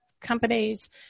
companies